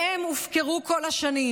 והם הופקרו כל השנים.